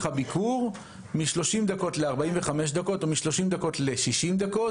הביקור מ-30 דקות ל-45 דקות או ל-60 דקות,